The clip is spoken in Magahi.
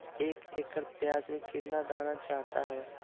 एक एकड़ प्याज में कितना दाना चाहता है?